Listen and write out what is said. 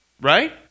right